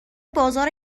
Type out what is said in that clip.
بازار